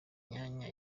imyanya